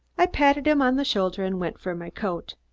i patted him on the shoulder and went for my coat.